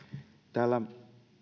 täällä